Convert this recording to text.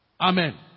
Amen